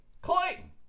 Clayton